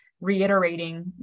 reiterating